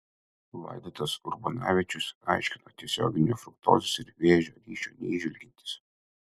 vaidotas urbanavičius aiškino tiesioginio fruktozės ir vėžio ryšio neįžvelgiantis